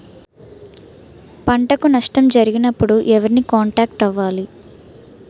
పంటకు నష్టం జరిగినప్పుడు ఎవరిని కాంటాక్ట్ అవ్వాలి?